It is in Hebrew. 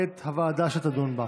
בעד, 16,